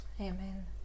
Amen